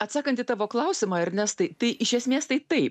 atsakant į tavo klausimą ernestai tai iš esmės tai taip